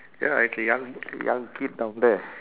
ya it's a young young kid down there